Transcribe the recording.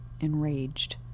enraged